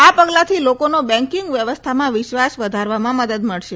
આ પગલાથી લોકોનો બેંકીંગ વ્યવસ્થામાં વિશ્વાસ વધારવામાં મદદ મળશે